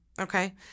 okay